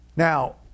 Now